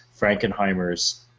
Frankenheimer's